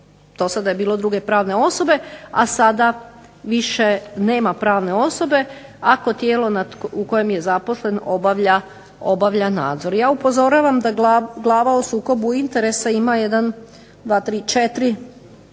dosada je bilo druge pravne osobe, a sada više nema pravne osobe, ako tijelo u kojem je zaposlen obavlja nadzor. Ja upozoravam da glava o sukobu interesa ima 1, 2, 3, 4,